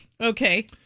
Okay